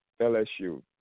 LSU